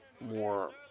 more